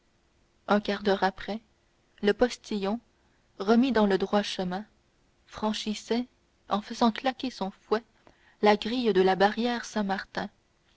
un quart d'heure après le postillon remis dans le droit chemin franchissait en faisant claquer son fouet la grille de la barrière saint-martin